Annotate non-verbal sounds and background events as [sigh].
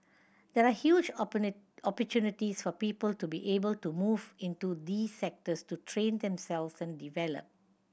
there are huge [unintelligible] opportunities for people to be able to move into these sectors to train themselves and develop